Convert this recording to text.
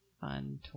Fun